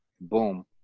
Boom